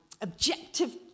objective